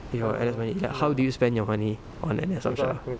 your N_S money how do you spend your money on N_S amshar